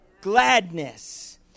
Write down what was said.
gladness